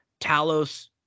Talos